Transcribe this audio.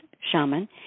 shaman